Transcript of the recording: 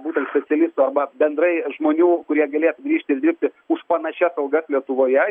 būtent specialistų arba bendrai žmonių kurie galėtų grįžti ir dirbti už panašias algas lietuvoje